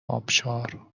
آبشار